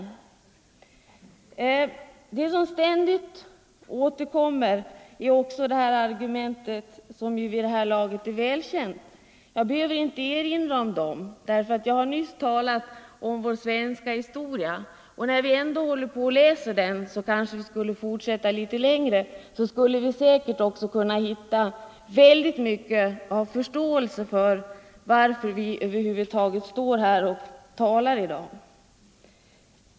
De argument som ständigt återkommer och som vid det här laget är välkända behöver jag inte erinra om. Jag talade nyss om vår svenska historia. När vi ändå håller på och studerar den kanske vi kan fortsätta ytterligare en bit framåt. I så fall skulle kanske oppositionens företrädare kunna förstå varför vi över huvud taget står här och talar i dag.